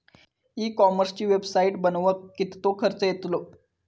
E कॉमर्सची website बनवक किततो खर्च येतलो?